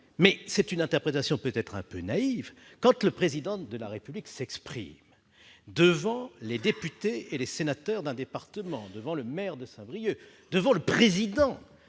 est-ce une interprétation un peu naïve. Mais, pour moi, quand le Président de la République s'exprime devant les députés et sénateurs d'un département, devant le maire de Saint-Brieuc, devant le président